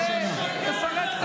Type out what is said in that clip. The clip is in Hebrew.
אני אסתדר.